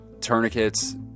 Tourniquets